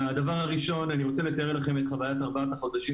אני רוצה לדבר על מה עברו בארבעת החודשים